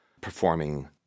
performing